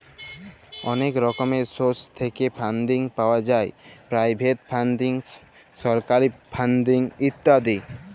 অলেক রকমের সোর্স থ্যাইকে ফাল্ডিং পাউয়া যায় পেরাইভেট ফাল্ডিং, সরকারি ফাল্ডিং ইত্যাদি